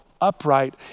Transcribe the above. upright